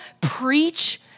preach